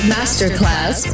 Masterclass